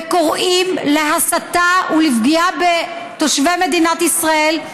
וקוראים להסתה ולפגיעה בתושבי מדינת ישראל.